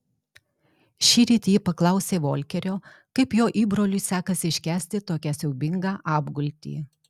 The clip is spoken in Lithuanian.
šįryt ji paklausė volkerio kaip jo įbroliui sekasi iškęsti tokią siaubingą apgultį